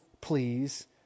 please